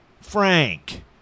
frank